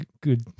good